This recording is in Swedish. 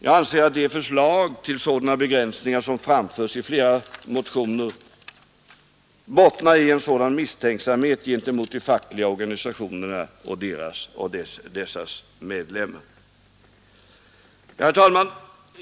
Jag anser att de förslag till sådana begränsningar som framförts i flera motioner bottnar i en sådan mi: ksamhet gentemot de fackliga organisationerna och deras med Herr talman!